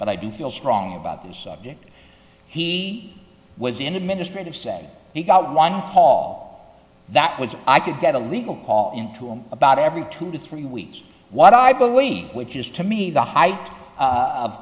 but i do feel strongly about this subject he was in administrative say he got one call that was i could get a legal in to him about every two to three weeks what i believe which is to me the height of